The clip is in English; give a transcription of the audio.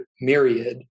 myriad